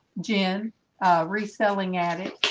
jim reselling at it